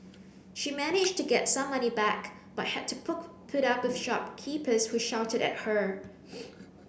she managed to get some money back but had to put up with shopkeepers who shouted at her